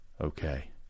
Okay